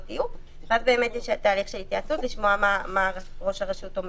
יהיו ואז באמת יש תהליך של התייעצות כדי לשמוע מה ראש הרשות אומר.